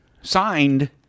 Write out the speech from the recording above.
signed